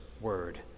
word